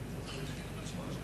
בן-ארי.